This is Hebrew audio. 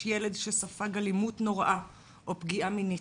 ילד שספג אלימות נוראה או פגיעה מינית,